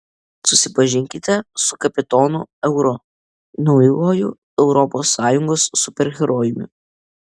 susipažinkite su kapitonu euru naujuoju europos sąjungos superherojumi